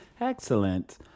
Excellent